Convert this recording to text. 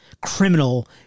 criminal